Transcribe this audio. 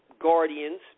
guardians